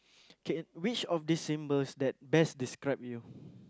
okay which of this symbol that best describe you